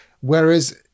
whereas